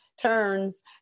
turns